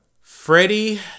Freddie